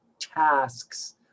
tasks